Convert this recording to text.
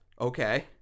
Okay